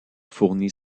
fournit